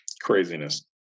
craziness